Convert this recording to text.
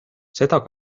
seda